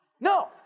no